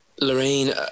Lorraine